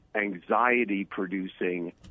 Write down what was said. anxiety-producing